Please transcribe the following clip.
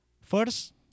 First